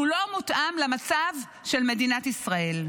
שהוא לא מותאם למצב של מדינת ישראל.